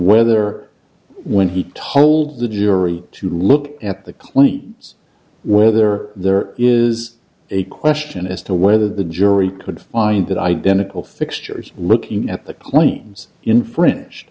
whether when he told the jury to look at the claims whether there is a question as to whether the jury could find that identical fixtures looking at the claims infringed